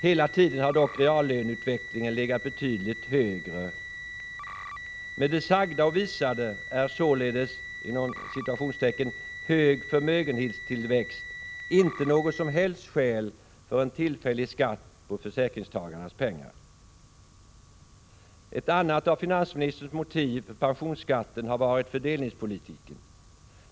Hela tiden har dock reallöneutvecklingen legat betydligt högre. Av det sagda, och av det visade diagrammet, framgår således att ”hög förmögenhetstillväxt” inte är något som helst skäl för en tillfällig skatt på försäkringstagarnas pengar. Ett annat av finansministerns motiv för pensionsskatten har varit fördelningspolitiken.